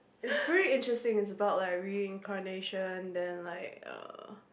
it's really interesting it's about like reincarnation then like uh